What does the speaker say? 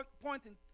pointing